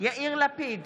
יאיר לפיד,